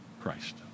Christ